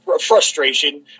frustration